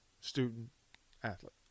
student-athlete